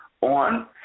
on